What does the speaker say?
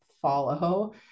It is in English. follow